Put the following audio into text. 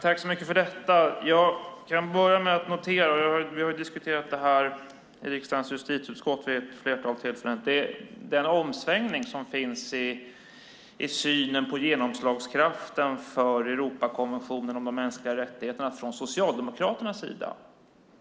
Fru talman! Vi har diskuterat frågan i riksdagens justitieutskott vid ett flertal tillfällen. Jag kan börja med att notera den omsvängning som finns i synen på genomslagskraften för Europakonventionen om de mänskliga rättigheterna från Socialdemokraternas sida.